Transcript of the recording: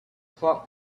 club